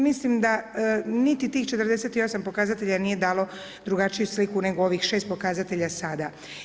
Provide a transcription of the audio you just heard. Mislim da niti tih 48 pokazatelja nije dalo drugačiju sliku, nego ovih 6 pokazatelja sada.